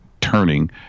turning